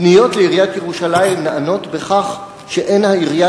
פניות לעיריית ירושלים נענות בכך שאין העירייה